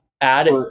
add